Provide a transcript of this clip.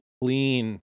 clean